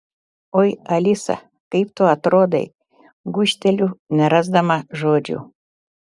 oi alisa kaip tu atrodai gūžteliu nerasdama žodžių